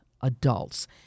adults